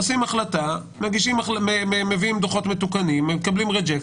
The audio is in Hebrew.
עושים החלטה, מביאים דוחות מתוקנים ומקבלים רג'קט.